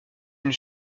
une